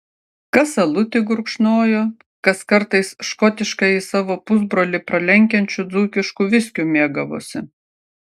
kas alutį gurkšnojo kas kartais škotiškąjį savo pusbrolį pralenkiančiu dzūkišku viskiu mėgavosi